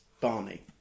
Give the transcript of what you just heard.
Barney